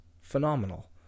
phenomenal